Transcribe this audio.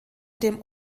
dem